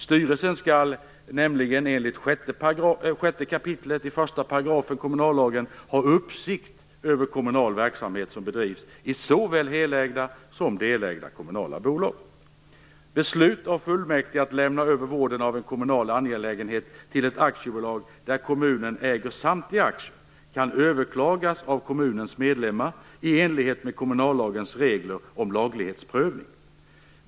Styrelsen skall nämligen enligt 6 kap. 1 § kommunallagen ha uppsikt över kommunal verksamhet som bedrivs i såväl helägda som delägda kommunala bolag. Beslut av fullmäktige att lämna över vården av en kommunal angelägenhet till ett aktiebolag där kommunen äger samtliga aktier kan överklagas av kommunens medlemmar i enlighet med kommunallagens regler om laglighetsprövning.